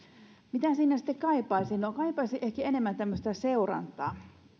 mitä siinä sitten kaipaisin no kaipaisin ehkä enemmän tämmöistä seurantaa